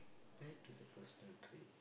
take to the personal trip